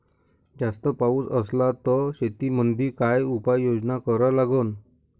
जास्त पाऊस असला त शेतीमंदी काय उपाययोजना करा लागन?